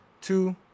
two